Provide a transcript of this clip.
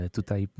Tutaj